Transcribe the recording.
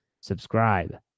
subscribe